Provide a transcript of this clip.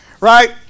right